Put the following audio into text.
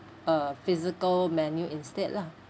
uh physical menu instead lah